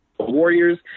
Warriors